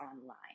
online